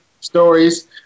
stories